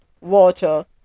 water